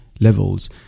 levels